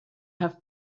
have